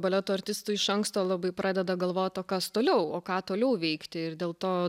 baleto artistų iš anksto labai pradeda galvot o kas toliau o ką toliau veikti ir dėl to